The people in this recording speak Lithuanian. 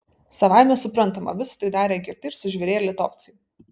savaime suprantama visa tai darė girti ir sužvėrėję litovcai